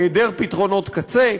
היעדר פתרונות קצה,